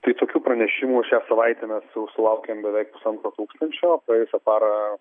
tai tokių pranešimų šią savaitę mes jau sulaukėm beveik pusantro tūkstančio praėjusią parą